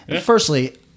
Firstly